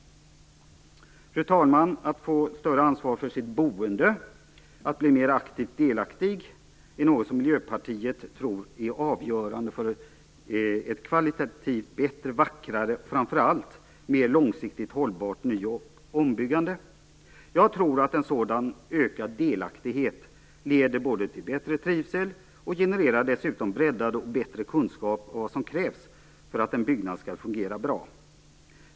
Fru talman! Att få ta större ansvar för sitt boende, att bli mer aktivt delaktig, är något som Miljöpartiet tror är avgörande för ett kvalitativt bättre, vackrare och framför allt mer långsiktigt hållbart ny och ombyggande. Jag tror att en sådan ökad delaktighet leder både till bättre trivsel och dessutom genererar breddad och bättre kunskap om vad som krävs för att en byggnad skall fungera bra.